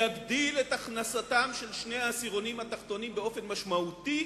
ויגדיל את הכנסתם של שני העשירונים התחתונים באופן משמעותי